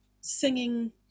singing